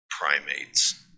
primates